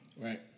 Right